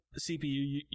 CPU